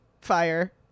fire